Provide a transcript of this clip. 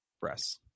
breasts